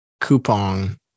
coupon